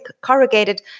corrugated